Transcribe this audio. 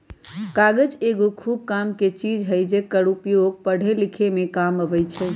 कागज एगो खूब कामके चीज हइ जेकर उपयोग पढ़े लिखे में काम अबइ छइ